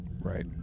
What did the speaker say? Right